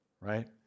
right